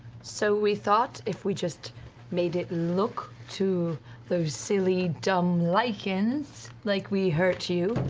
so we thought if we just made it look to those silly, dumb lycans like we hurt you.